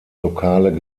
lokale